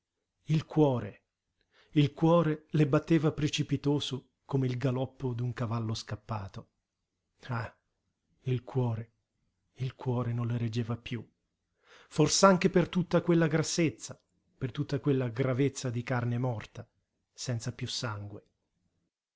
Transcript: il cuore il cuore le batteva precipitoso come il galoppo d'un cavallo scappato ah il cuore il cuore non le reggeva piú fors'anche per tutta quella grassezza per tutta quella gravezza di carne morta senza piú sangue